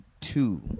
two